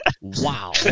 Wow